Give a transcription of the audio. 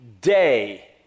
day